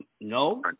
No